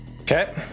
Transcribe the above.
Okay